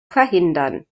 verhindern